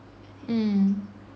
mm